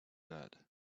dad